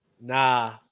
Nah